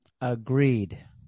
Agreed